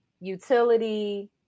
utility